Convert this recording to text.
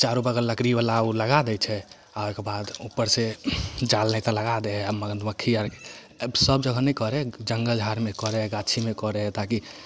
चारो बगल लकड़ी बाला ओ लगा दै छै आ ओहिके बाद उपर से जाल नाहित लगा दै हइ आ मधुमक्खी आर सब जगह नहि करै जङ्गल झाड़ मे करऽ हइ गाछीमे करऽ हइ ताकि